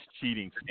cheating